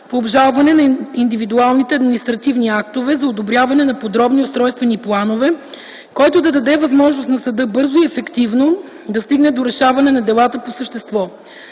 по обжалване на индивидуалните административни актове за одобряване на подробни устройствени планове, който да даде възможност на съда бързо и ефективно да стигне до решаване на делата по същество.